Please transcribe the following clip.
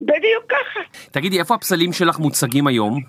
בדיוק ככה. תגידי איפה הפסלים שלך מוצגים היום?